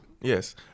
Yes